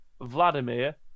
Vladimir